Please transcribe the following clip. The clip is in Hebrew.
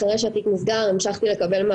אחרי שהתיק נסגר המשכתי לקבל,